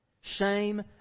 Shame